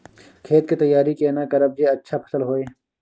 खेत के तैयारी केना करब जे अच्छा फसल होय?